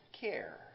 care